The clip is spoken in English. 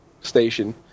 station